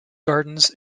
gardens